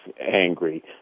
angry